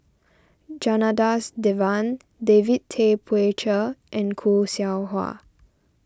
Janadas Devan David Tay Poey Cher and Khoo Seow Hwa